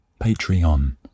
Patreon